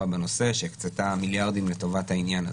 בנושא שהקצתה מיליארדים לטובת העניין הזה.